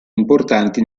importanti